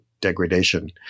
degradation